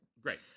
Great